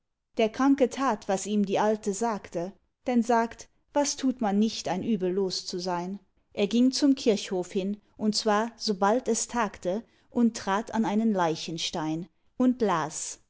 der kranke tat was ihm die alte sagte denn sagt was tut man nicht ein übel los zu sein er ging zum kirchhof hin und zwar sobald es tagte und trat an einen leichenstein und las